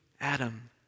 Adam